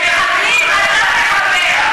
תפסיקי לתת גיבוי למחבלים.